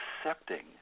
accepting